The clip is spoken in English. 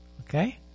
Okay